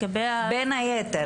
בין היתר.